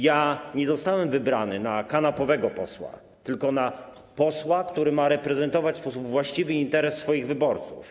Ja nie zostałem wybrany na kanapowego posła, tylko na posła, który ma reprezentować w sposób właściwy interes swoich wyborców.